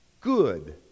good